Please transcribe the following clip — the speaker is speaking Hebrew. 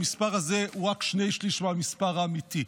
המספר הזה הוא רק שני שלישים מהמספר האמיתי.